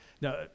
Now